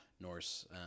Norse